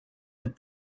mit